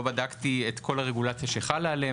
לא בדקתי את כל הרגולציה שחלה עליהם,